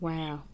Wow